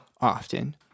often